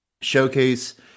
Showcase